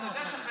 עכשיו,